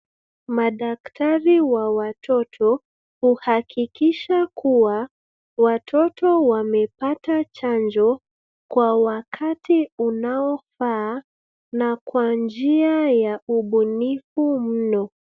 Madaktari wa watoto huhakikisha kuwa watoto wamepata chanjo kwa wakati unaofaa na kwa njia ya ubunifu mno.